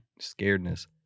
scaredness